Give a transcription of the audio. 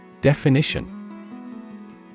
Definition